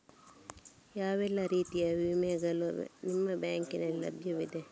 ಯಾವ ಎಲ್ಲ ರೀತಿಯ ವಿಮೆಗಳು ನಿಮ್ಮ ಬ್ಯಾಂಕಿನಲ್ಲಿ ಲಭ್ಯವಿದೆ?